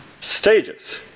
stages